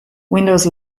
windows